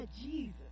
Jesus